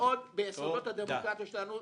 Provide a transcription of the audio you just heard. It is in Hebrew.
ועוד ביסודות הדמוקרטיה שלנו.